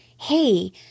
hey